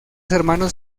hermanos